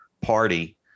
Party